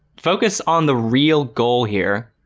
focus on the real goal here